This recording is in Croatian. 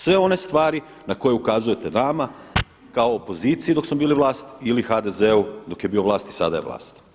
Sve one stvari na koje ukazujete nama kao opoziciji dok smo bili vlast ili HDZ-u dok je bio vlast i sada je vlast.